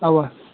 اَوا